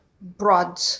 broad